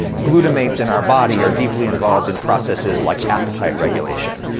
glutamates in our body are deeply involved in processes like appetite regulation.